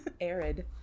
Arid